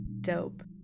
Dope